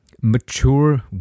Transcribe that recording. mature